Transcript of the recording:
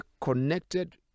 connected